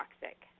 toxic